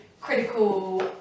critical